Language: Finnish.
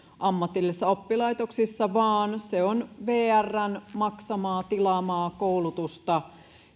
ammatillisissa oppilaitoksissa vaan se on vrn maksamaa tilaamaa koulutusta